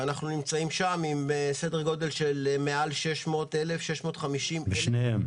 ואנחנו נמצאים שם בהיקף של מעל 650,000 -- בשניהם.